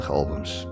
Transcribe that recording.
albums